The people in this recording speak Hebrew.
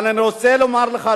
אבל אני רוצה לומר לך,